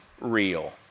real